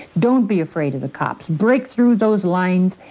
don't be afraid of the cops. break through those lines.